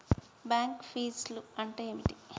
Bank ఫీజ్లు అంటే ఏమిటి?